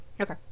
Okay